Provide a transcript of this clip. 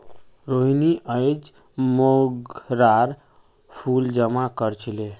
रोहिनी अयेज मोंगरार फूल जमा कर छीले